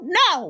no